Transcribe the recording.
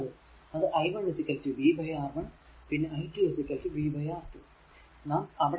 അത് i1 vR1 പിന്നെ i2 v R2 നാം അവിടെ വന്നാൽ